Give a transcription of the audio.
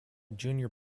junior